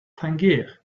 tangier